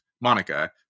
Monica